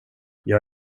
jag